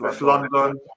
London